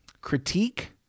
critique